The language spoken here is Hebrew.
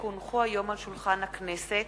כי הונחו היום על שולחן הכנסת,